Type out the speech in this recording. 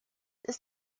ist